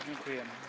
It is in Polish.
Dziękuję.